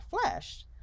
flesh